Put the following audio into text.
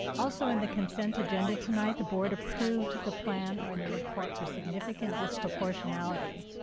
also, in the consent agenda tonight, the board approved the plan or in the report for significant disproportionality.